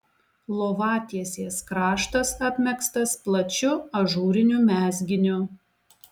lovatiesės kraštas apmegztas plačiu ažūriniu mezginiu